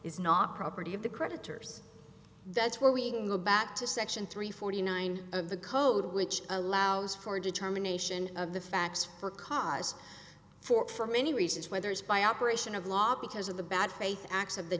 is not property of the creditors that's where we go back to section three forty nine of the code which allows for determination of the facts for a cause for for many reasons whether it's by operation of law because of the bad faith acts of the